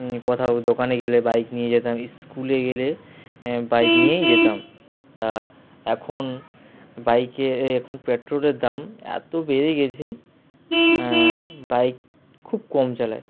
কোথাও দোকানে গেলে বাইক নিয়ে যেতাম স্কুলে গেলে বাইক নিয়েই যেতাম তা এখন বাইকের এখন পেট্রোলের দাম এতো বেড়ে গেছে বাইক খুব কম চালাই